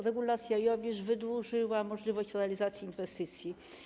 Regulacja IOWISZ wydłużyła możliwość realizacji inwestycji.